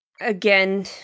Again